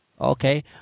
Okay